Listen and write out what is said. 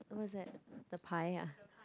what is that the 牌 ah